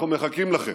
אנחנו מחכים לכם,